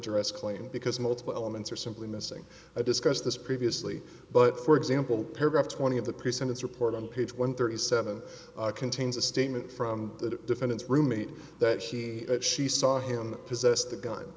dress claim because multiple elements are simply missing i discussed this previously but for example paragraph twenty of the pre sentence report on page one thirty seven contains a statement from the defendant's roommate that she that she saw him possessed the gun